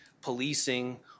policing